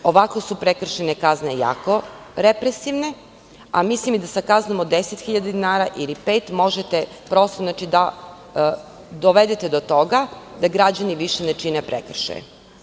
Ovako su prekršajne kazne jako represivne, a mislim i da sa kaznom od 10 hiljada dinara ili 5 možete da dovedete do toga da građani više ne čine prekršaje.